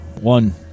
one